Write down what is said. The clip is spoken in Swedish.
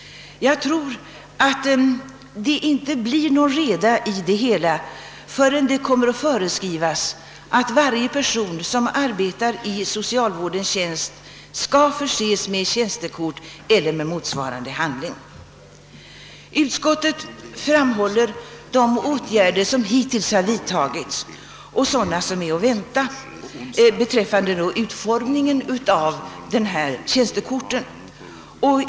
Jag tror inte att det blir någon reda på det hela förrän det kommer att föreskrivas att varje person som arbetar i socialvårdens tjänst skall förses med tjänstekort eller motsvarande handling. Utskottet pekar på de åtgärder som hittills vidtagits och sådana som är att vänta beträffande utformningen av tjänstekorten.